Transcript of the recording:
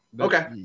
Okay